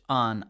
on